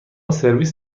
سرویس